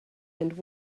and